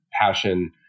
passion